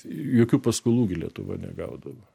jokių paskolų gi lietuva negaudavo